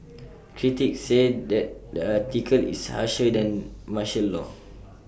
critics say that the article is harsher than martial law